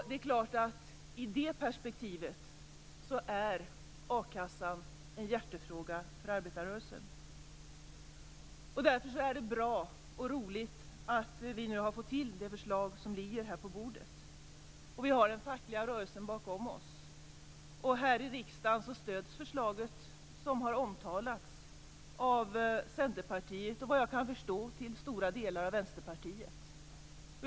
Det är klart att a-kassan är en hjärtefråga för arbetarrörelsen i det perspektivet. Därför är det bra och roligt att vi nu har fått till det förslag som ligger här på bordet, och vi har den fackliga rörelsen bakom oss. Här i riksdagen stöds förslaget, vilket har omtalats, av Centerpartiet och vad jag kan förstå till stora delar av Vänsterpartiet.